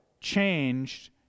changed